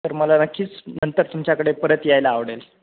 तर मला नक्कीच नंतर तुमच्याकडे परत यायला आवडेल